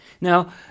Now